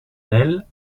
elle